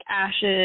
ashes